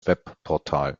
webportal